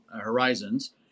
horizons